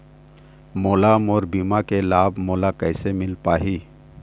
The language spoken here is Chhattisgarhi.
मोला मोर बीमा के लाभ मोला किसे मिल पाही?